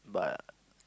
but